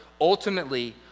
ultimately